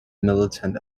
militant